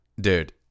dude